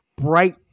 bright